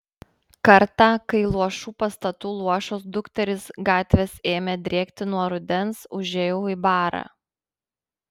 kartą kai luošų pastatų luošos dukterys gatvės ėmė drėkti nuo rudens užėjau į barą